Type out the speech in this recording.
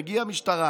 מגיעה משטרה